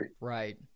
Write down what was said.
Right